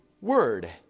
word